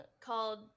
called